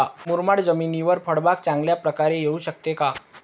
मुरमाड जमिनीवर फळबाग चांगल्या प्रकारे येऊ शकते का?